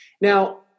Now